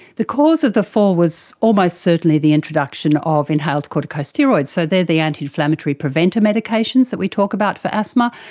the cause of the fall was almost certainly the introduction of inhaled corticosteroids. so they are the anti-inflammatory preventer medications that we talk about for asthma,